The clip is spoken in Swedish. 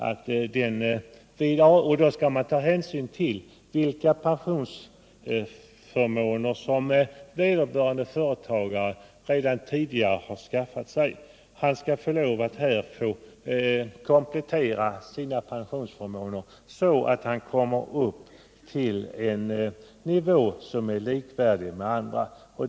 Vid denna prövning skall man ta hänsyn till vilka pensionsförmåner som vederbörande företagare redan tidigare har skaffat sig. Han skall få lov att komplettera sina pensionsförmåner, så att han får en med andra likvärdig pensionsnivå.